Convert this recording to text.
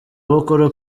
bukuru